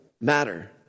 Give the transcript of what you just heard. matter